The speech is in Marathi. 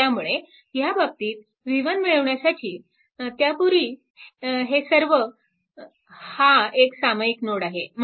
त्यामुळे ह्या बाबतीत v1 मिळवण्यासाठी त्यापूर्वी हे सर्व हा एक सामायिक नोड आहे